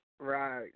Right